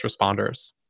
responders